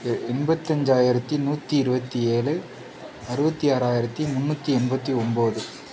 எண்பத்தஞ்சாயிரத்தி நூற்றி இருபத்தி ஏழு அறுபத்தி ஆறாயிரத்தி முண்னூற்றி எண்பத்தி ஒம்பது